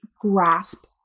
grasp